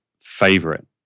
favorite